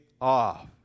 off